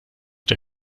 der